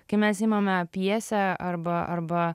kai mes imame pjesę arba arba